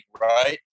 right